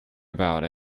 about